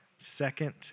Second